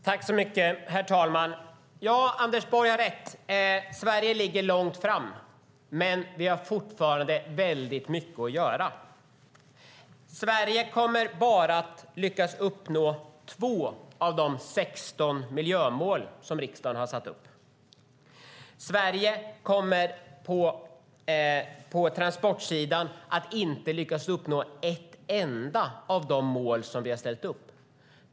Herr talman! Anders Borg har rätt - Sverige ligger långt fram. Vi har dock fortfarande väldigt mycket att göra. Sverige kommer bara att lyckas uppnå 2 av de 16 miljömål riksdagen har satt upp. Sverige kommer på transportsidan inte att lyckas uppnå ett enda av de mål vi har satt upp.